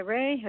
Ray